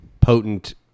potent